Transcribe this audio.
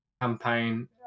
campaign